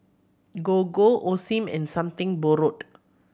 Gogo Osim and Something Borrowed